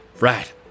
right